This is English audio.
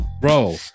bro